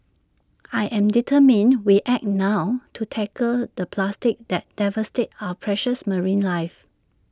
I am determined we act now to tackle the plastic that devastates our precious marine life